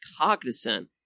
cognizant